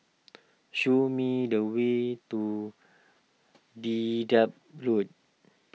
show me the way to Dedap Road